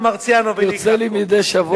יוצא לי מדי שבוע,